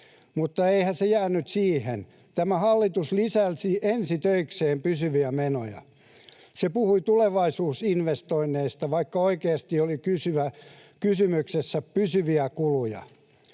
mutta eihän se jäänyt siihen. Tämä hallitus lisäsi ensitöikseen pysyviä menoja. Se puhui tulevaisuusinvestoinneista, vaikka oikeasti oli kysymyksessä pysyviä kuluja.